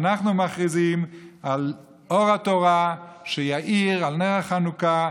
אנחנו מכריזים על אור התורה שיאיר, על נר החנוכה.